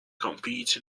compete